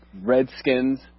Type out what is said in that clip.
Redskins